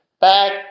back